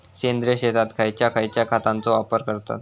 सेंद्रिय शेतात खयच्या खयच्या खतांचो वापर करतत?